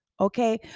Okay